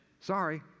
Sorry